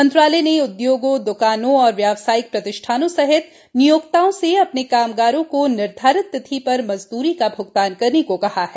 मंत्रालय ने उद्योगों द्रकानों और व्यावसायिक प्रतिष्ठानों सहित नियोक्ताओं से अपने कामगारों को निर्धारित तिथि पर मजद्री का भ्गतान करने को कहा है